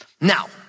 Now